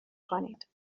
کنید